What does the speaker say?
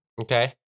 Okay